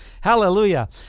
Hallelujah